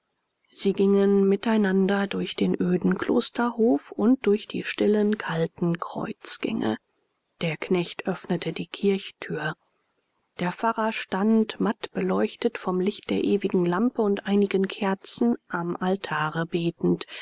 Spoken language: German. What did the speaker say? sie gingen mit einander durch den öden klosterhof und durch die stillen kalten kreuzgänge der knecht öffnete die kirchtür der pfarrer stand matt beleuchtet vom licht der ewigen lampe und einigen kerzen am altare betend